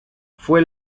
fue